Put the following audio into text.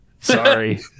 Sorry